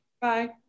Bye